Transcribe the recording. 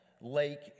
lake